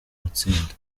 matsinda